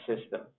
system